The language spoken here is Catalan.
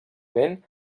vent